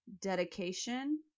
dedication